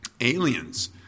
Aliens